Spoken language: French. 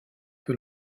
que